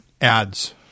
ads